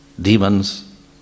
Demons